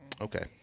Okay